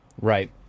Right